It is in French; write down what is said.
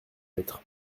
être